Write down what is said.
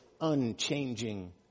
unchanging